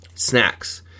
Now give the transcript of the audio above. Snacks